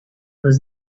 was